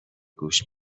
گوش